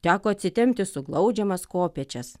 teko atsitempti suglaudžiamas kopėčias